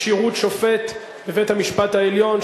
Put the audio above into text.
כשירות שופט בבית-המשפט העליון),